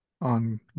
on